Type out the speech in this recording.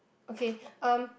okay um